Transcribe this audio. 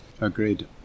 Agreed